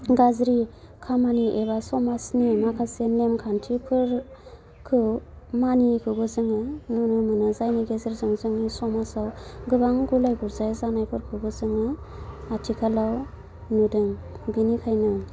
गाज्रि खामानि एबा समजानि माखासे नेम खान्थिफोरखौ मानियैखौबो जोङो नुनो मोनो जायनि गेजेरजों जोंनि समाजाव गोबां गुलाय गुजाय जानायफोरखौबो जोङो आथिखालाव नुदों बिनिखायनो